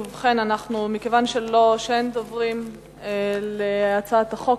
כיוון שאין דוברים להצעת החוק,